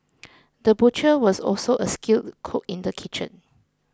the butcher was also a skilled cook in the kitchen